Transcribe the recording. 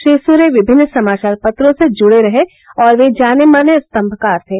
श्री सूर्य विभिन्न समाचार पत्रों से जुड़े रहे और ये जाने माने स्तंभकार थे